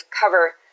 cover